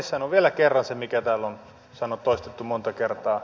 sanon vielä kerran sen mikä täällä on toistettu monta kertaa